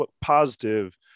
positive